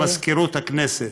מזכירות הכנסת.